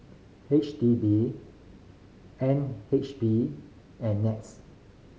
H D B N H B and NETS